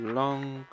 long